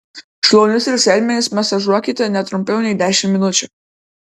šlaunis ir sėdmenis masažuokite ne trumpiau nei dešimt minučių